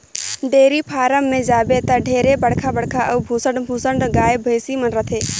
dairy farm में जाबे त ढेरे बड़खा बड़खा अउ भुसंड भुसंड गाय, भइसी मन रथे